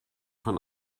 von